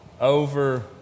over